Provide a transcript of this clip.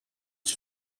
its